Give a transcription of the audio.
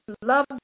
love